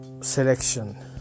selection